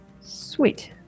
Sweet